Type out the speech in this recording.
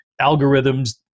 algorithms